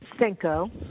Senko